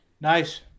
Nice